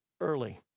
early